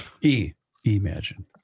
E-imagine